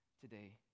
today